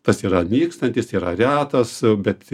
tas yra nykstantis yra retas bet